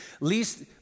Least